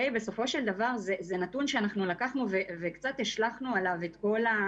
בסופו של דבר זה נתון שלקחנו וקצת השלכנו עליו את כל הפעילות.